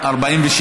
הוראה),